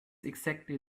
exactly